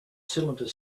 cylinder